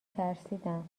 ترسیدم